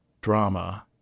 drama